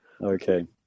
Okay